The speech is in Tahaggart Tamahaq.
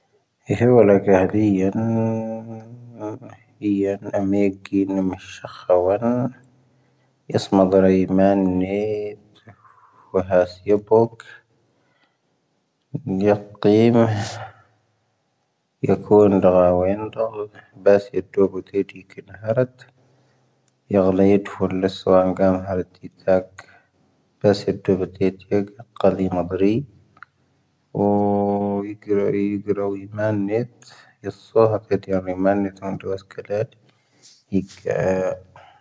ⵢⴻⵀⵉ ⵡⴰⵍⴰⴷ ⴰⵀⴰⴷⵉⵢⴰⵏ ⴰⵎⴻ ⴽⵉⵏ ⵙⵀⴰⵍⴽⵀⴰⵡⴰⵏ ⵢⴻⵙ ⵎⴰⴷⴰⵔⴰⵏ ⴰⵉⵎⴰⵏⵉ ⵢⴻ ⴰⵀⵉ ⵙⴰⵢⵉⴱoⴽ ⵢⴰⴽooⵏ ⴷⴰⵔⴰⵉⵏ ⵜⵉⴽⵉⵏ ⵀⴰⴰⵔⴷⴰ ⴱⴰⵉⵜⴻ ⵢⴻⵜⵉⵜ ⵡoo ⵢⴰⴳⵉⵔⴰⵔⵡⵉ ⴰⵉⵎⴻⵏ.